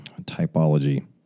Typology